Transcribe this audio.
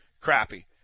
crappy